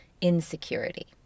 insecurity